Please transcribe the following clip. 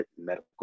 Medical